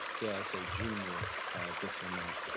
dare i say junior diplomat,